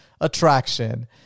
attraction